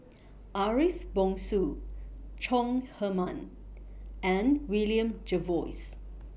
Ariff Bongso Chong Heman and William Jervois